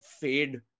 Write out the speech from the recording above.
fade